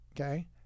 okay